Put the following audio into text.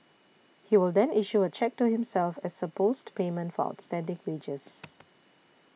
he will then issue a cheque to himself as supposed payment for outstanding wages